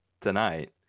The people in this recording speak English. tonight